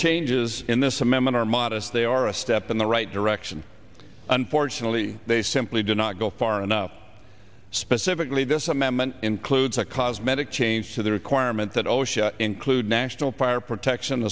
changes in this amendment are modest they are a step in the right direction unfortunately they simply do not go far enough specifically this amendment includes a cosmetic change to the requirement that osha include national fire protection